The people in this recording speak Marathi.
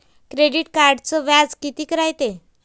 क्रेडिट कार्डचं व्याज कितीक रायते?